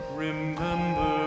remember